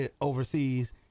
overseas